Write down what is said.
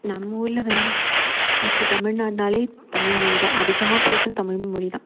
நம்ம ஊரில் வந்து மோஸ்ட்லி தமிழ் நாடுன்னாலே தமிழ் மொழி தான் அதிகமாக பேசுகிறது தமிழ் மொழி தான்